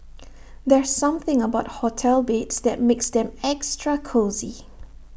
there's something about hotel beds that makes them extra cosy